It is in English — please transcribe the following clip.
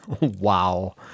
Wow